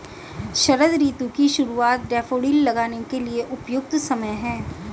शरद ऋतु की शुरुआत डैफोडिल लगाने के लिए उपयुक्त समय है